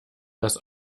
das